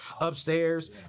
upstairs